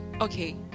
okay